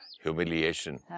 humiliation